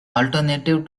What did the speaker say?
alternative